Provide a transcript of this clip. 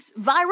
viral